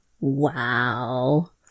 Wow